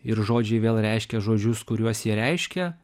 ir žodžiai vėl reiškia žodžius kuriuos jie reiškia